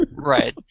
Right